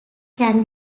can